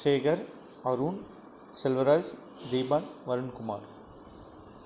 Sekar Arun Selvaraj Deepan Varun Kumar